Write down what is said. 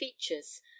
features